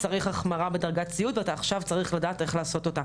צריך החמרה בדרגת סיעוד ואתה עכשיו צריך לדעת איך לעשות אותה,